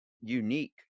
unique